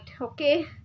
okay